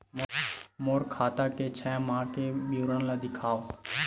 मोर खाता के छः माह के विवरण ल दिखाव?